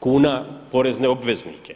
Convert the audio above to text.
kuna porezne obveznike.